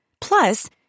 Plus